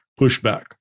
pushback